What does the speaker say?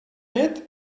net